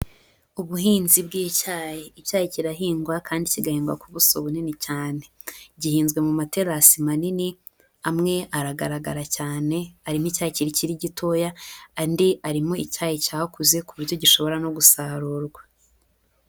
Ubuhinzi bw'icyayi, icyayi kirahingwa kandi kigahingwa ku buso bunini cyane, gihinzwe mu materasi manini, amwe aragaragara cyane, arimo icya kikiri gitoya, andi arimo icyayi cyakuze ku buryo gishobora no gusarurwa.